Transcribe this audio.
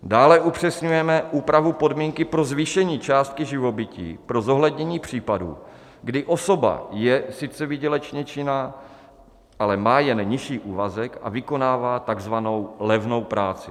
Dále upřesňujeme úpravu podmínky pro zvýšení částky živobytí pro zohlednění případů, kdy osoba je sice výdělečně činná, ale má jen nižší úvazek a vykonává takzvanou levnou práci.